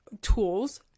tools